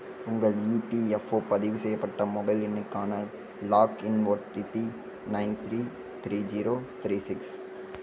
உங்கள் இபிஎஃப்ஓ பதிவு செய்யப்பட்ட மொபைல் எண்ணுக்கான login OTP nine three three zero three six